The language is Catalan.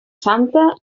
santa